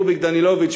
רוביק דנילוביץ,